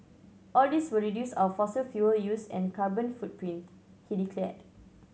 all this will reduce our fossil fuel use and carbon footprint he declared